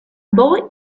boy